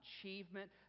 achievement